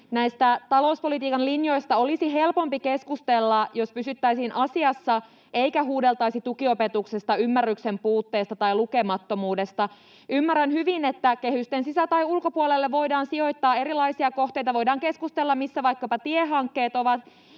näistä talouspolitiikan linjoista olisi helpompi keskustella, jos pysyttäisiin asiassa eikä huudeltaisi tukiopetuksesta, ymmärryksen puutteesta tai lukemattomuudesta. Ymmärrän hyvin, että kehysten sisä- tai ulkopuolelle voidaan sijoittaa erilaisia kohteita. Voidaan keskustella, missä vaikkapa tiehankkeet ovat,